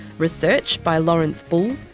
research by lawrence bull,